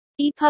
EPUB